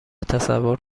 تصور